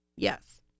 Yes